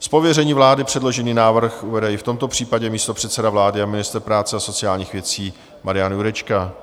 Z pověření vlády předložený návrh uvede i v tomto případě místopředseda vlády a ministr práce a sociálních věcí Marian Jurečka.